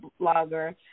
blogger